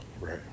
right